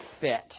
fit